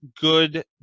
good